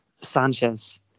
Sanchez